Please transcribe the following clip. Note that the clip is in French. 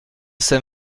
saint